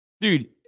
Dude